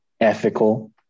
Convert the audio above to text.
ethical